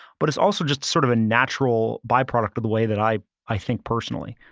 but it's also just sort of a natural byproduct of the way that i i think personally.